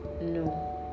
no